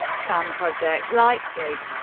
fanprojekt leipzig